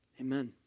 Amen